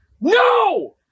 no